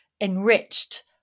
enriched